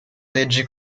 leggi